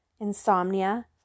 insomnia